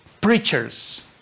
preachers